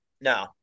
No